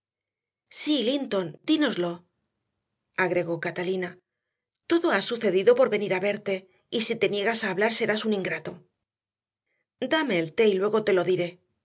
sí linton dínoslo agregó catalina todo ha sucedido por venir a verte y si te niegas a hablar serás un ingrato dame el té y luego te lo diré